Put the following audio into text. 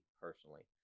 personally